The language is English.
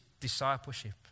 discipleship